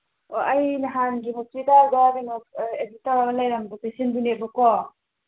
ꯑꯣ ꯑꯩ ꯅꯍꯥꯟꯒꯤ ꯍꯣꯁꯄꯤꯇꯥꯜꯗ ꯀꯩꯅꯣ ꯑꯦꯠꯃꯤꯠ ꯇꯧꯔ ꯂꯩꯔꯝꯕ ꯄꯦꯁꯦꯟꯗꯨꯅꯦꯕꯀꯣ